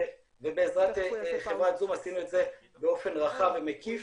ובעזרת חברת זום עשינו את זה באופן רחב ומקיף,